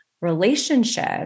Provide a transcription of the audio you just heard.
relationship